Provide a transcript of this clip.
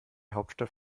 hauptstadt